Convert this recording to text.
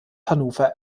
hannover